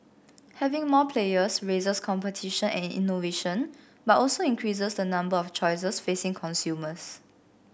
having more players raises competition and innovation but also increases the number of choices facing consumers